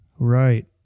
Right